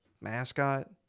mascot